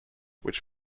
which